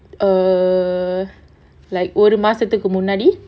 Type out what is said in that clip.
err like ஒரு மாசத்துக்கு முன்னாடி:oru maasathukku munnaadi